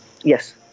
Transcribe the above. Yes